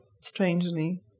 Strangely